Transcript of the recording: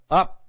up